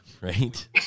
Right